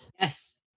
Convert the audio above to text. Yes